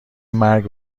مرگ